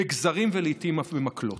בגזרים ולעיתים אף במקלות.